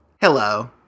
Hello